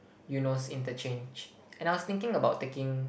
Eunos interchange and I was thinking about taking